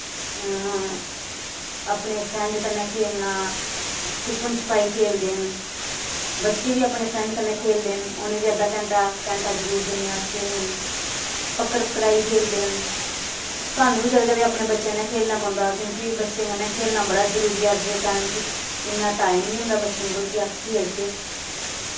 अपने फ्रेंड कन्नै खेल्लना छुप्पन छपाई खेल्लदे न बच्चे बी अपने फ्रेंड कन्नै खेल्लदे न उ'नें बी अद्धा घैंटा घैंटा जरूर दि'न्ने खेल्लने ई पकड़ पकड़ाई खेल्लदे न सानूं बी कदें कदें अपने बच्चें आं कन्नै खेल्लना पौंदा क्योंकि बच्चें कन्नै खेल्लना बड़ा जरूरी ऐ अज्ज दे टाइम च इ'न्ना टाइम निं होंदा बच्चें कोल की अस खेलचै